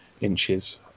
inches